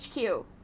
HQ